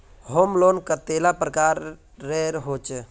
Home loan कतेला प्रकारेर होचे?